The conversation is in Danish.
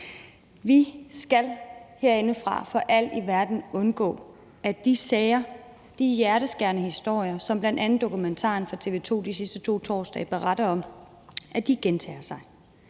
Vi skal herindefra for alt i verden undgå, at de sager, de hjerteskærende historier, som bl.a. dokumentaren fra TV 2 de sidste to torsdage beretter om, gentager sig